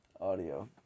audio